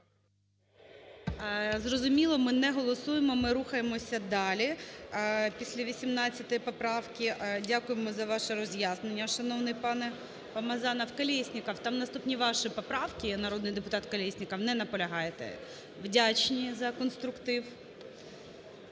Зрозуміло. Ми не голосуємо, ми рухаємося далі після 18 поправки. Дякуємо за ваше роз'яснення, шановний пане Помазанов. Колєсніков, там наступні ваші поправки. Народний депутат Колєсніков, не наполягаєте? Вдячні за конструктив.